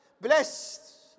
Blessed